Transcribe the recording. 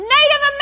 Native